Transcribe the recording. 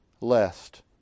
Lest